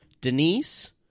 Denise